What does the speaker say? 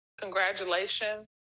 congratulations